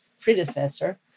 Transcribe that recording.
predecessor